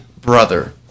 brother